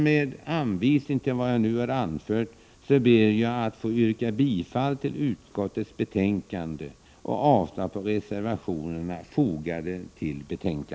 Med vad jag nu har anfört ber jag att få yrka bifall till utskottets hemställan och avslag på reservationerna.